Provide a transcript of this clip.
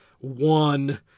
one